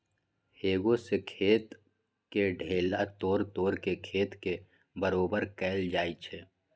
हेंगा से खेत के ढेला तोड़ तोड़ के खेत के बरोबर कएल जाए छै